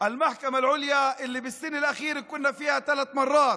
אותו בג"ץ שבמהלך השנה האחרונה היינו בו שלושה פעמים: